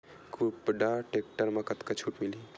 कुबटा टेक्टर म कतका छूट मिलही?